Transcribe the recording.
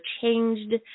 changed